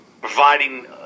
providing